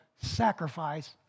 sacrifice